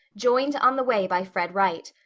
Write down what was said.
joined on the way by fred wright.